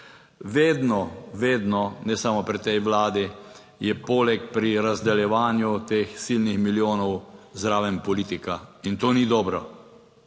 Vedno, vedno, ne samo pri tej Vladi, je poleg pri razdeljevanju teh silnih milijonov zraven politika in to ni dobro,